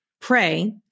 Pray